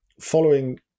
following